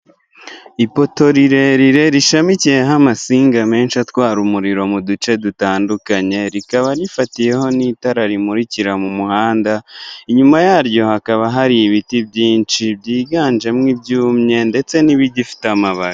Ipoto rirerire rishamikiyeho amasinga menshi atwara umuriro mu duce dutandukanye, rikaba rifatiyeho n'itara rimurikira mu muhanda inyuma yaryo hakaba hari ibiti byinshi byiganjemo ibyumye ndetse n'ibigifite amababi.